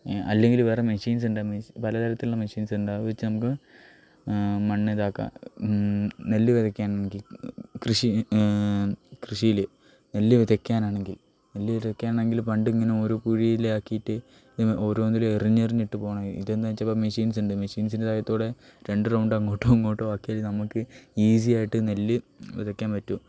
അല്ലെങ്കിൽ വേറെ മെഷീൻസുണ്ട് പലതരത്തിലുള്ള മെഷീൻസുണ്ട് അതുവെച്ച് നമുക്ക് മണ്ണ് ഇതാക്കാം നെല്ല് വിതയ്ക്കാനാണെങ്കിൽ കൃഷി കൃഷിയിൽ നെല്ല് വിതയ്ക്കാനാണെങ്കിൽ നെല്ല് വിതയ്ക്കാണെങ്കിൽ പണ്ടിങ്ങനെ ഓരോ കുഴിയിലാക്കിയിട്ട് ഓരോന്നിലും എറിഞ്ഞെറിഞ്ഞിട്ട് പോകണം ഇതെന്നു വെച്ചാൽ ഇപ്പോൾ മെഷീൻസുണ്ട് മെഷീൻസിൻ്റെ സഹായത്തോടെ രണ്ട് റൗണ്ട് അങ്ങോട്ടോ ഇങ്ങോട്ടോ ആക്കിയാൽ നമുക്ക് ഈസിയായിട്ട് നെല്ല് വിതയ്ക്കാൻ പറ്റും